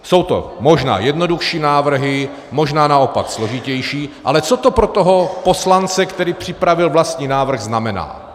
Jsou to možná jednodušší návrhy, možná naopak složitější, ale co to pro toho poslance, který připravil vlastní návrh, znamená?